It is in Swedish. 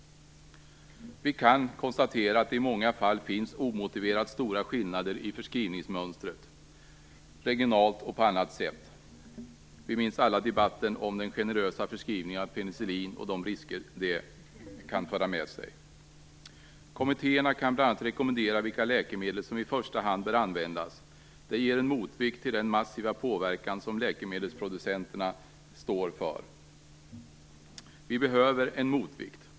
Vi kan konstatera att det i många fall finns omotiverat stora skillnader i förskrivningsmönstret, regionalt och på annat sätt. Vi minns alla debatten om den generösa förskrivningen av penicillin och de risker den kan föra med sig. Kommittéerna kan bl.a. rekommendera vilka läkemedel som i första hand bör användas. Det ger en motvikt till den massiva påverkan som läkemedelsproducenterna står för. Vi behöver en motvikt.